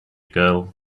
girl